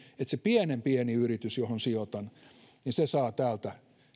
että se pienen pieni yritys johon sijoitan saa täältä